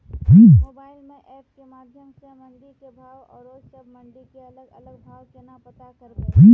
Mobile म app के माध्यम सऽ मंडी के भाव औरो सब मंडी के अलग अलग भाव केना पता करबै?